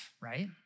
right